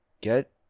get